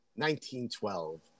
1912